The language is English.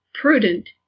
prudent